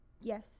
Yes